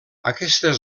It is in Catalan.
aquestes